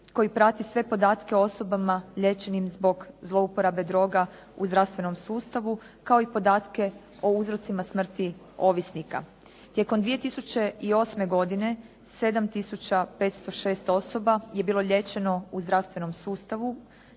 koji prati sve podatke o osobama liječenim zbog zlouporabe droga u zdravstvenom sustavu, kao i podatke o uzrocima smrti ovisnika. Tijekom 2008. godine 7506 osoba je bilo liječeno u zdravstvenom sustavu